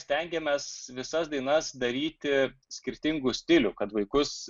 stengėmės visas dainas daryti skirtingų stilių kad vaikus